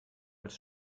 als